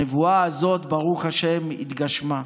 הנבואה הזאת, ברוך השם, התגשמה.